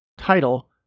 title